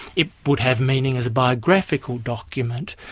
it would have meaning as a biographical document,